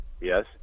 Yes